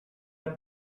naar